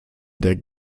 der